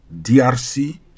DRC